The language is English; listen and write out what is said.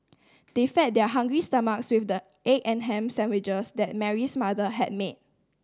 they fed their hungry stomachs with the egg and ham sandwiches that Mary's mother had made